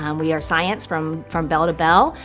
um we are science from from bell to bell.